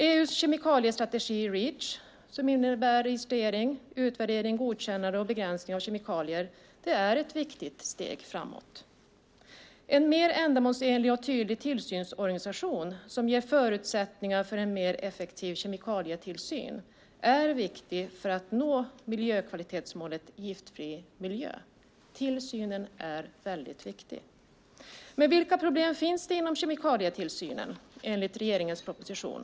EU:s kemikaliestrategi Reach som innebär registrering, utvärdering, godkännande och begränsning av kemikalier är ett viktigt steg framåt. En mer ändamålsenlig och tydlig tillsynsorganisation som ger förutsättningar för en mer effektiv kemikalietillsyn är viktig för att nå miljökvalitetsmålet Giftfri miljö. Tillsynen är väldigt viktig. Vilka problem finns då inom kemikalietillsyn enligt regeringens proposition?